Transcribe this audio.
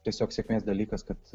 tiesiog sėkmės dalykas kad